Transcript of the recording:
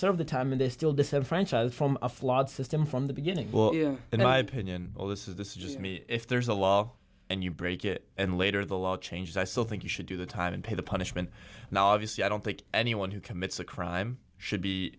serve the time and they still disenfranchised from a flawed system from the beginning you and i opinion all this is this just me if there's a law and you break it and later the law changes i still think you should do the time and pay the punishment now obviously i don't think anyone who commits a crime should be